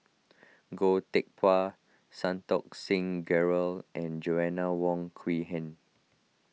Goh Teck Phuan Santokh Singh Grewal and Joanna Wong Quee Heng